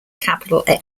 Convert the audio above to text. capital